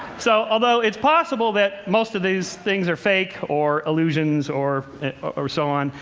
so, although it's possible that most of these things are fake or illusions or or so on,